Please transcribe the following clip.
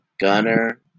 Gunner